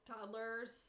toddlers